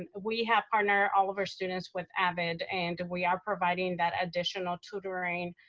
and we have partnered all of our students with avid and we are providing that additional tutoring,